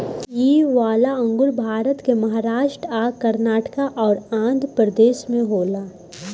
इ वाला अंगूर भारत के महाराष्ट् आ कर्नाटक अउर आँध्रप्रदेश में होला